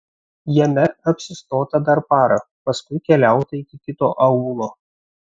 jame apsistota dar parą paskui keliauta iki kito aūlo